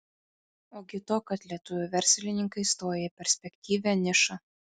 ogi to kad lietuvių verslininkai stoja į perspektyvią nišą